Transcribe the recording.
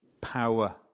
power